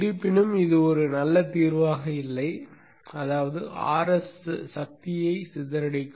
இருப்பினும் இது ஒரு நல்ல தீர்வாக இல்லை அதாவது Rs சக்தியையும் சிதறடிக்கும்